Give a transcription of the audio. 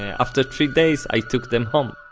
after a few days, i took them home